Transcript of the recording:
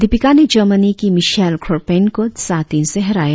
दीपिका ने जर्मनी की Michelle Kroppen को सात तीन से हराया